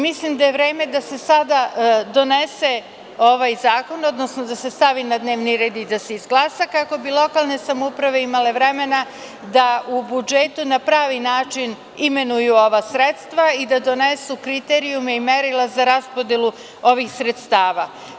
Mislim da je vreme da se sada donese ovaj zakon, odnosno da se stavi na dnevni red i izglasa, kako bi lokalne samouprave imale vremena da u budžetu na pravi način imenuju ova sredstva i da donesu kriterijume i merila za raspodelu ovih sredstava.